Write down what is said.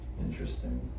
Interesting